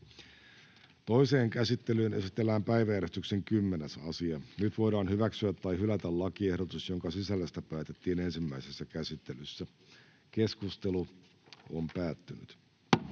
ainoaan käsittelyyn esitellään päiväjärjestyksen 7. asia. Nyt voidaan toisessa käsittelyssä hyväksyä tai hylätä lakiehdotus, jonka sisällöstä päätettiin ensimmäisessä käsittelyssä. Lopuksi päätetään